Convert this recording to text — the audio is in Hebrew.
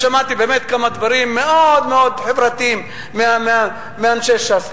שמעתי באמת כמה דברים מאוד מאוד חברתיים מאנשי ש"ס.